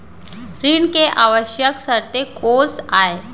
ऋण के आवश्यक शर्तें कोस आय?